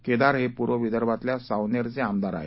केदार हे पूर्व विदर्भातल्या सावनेरचे आमदार आहेत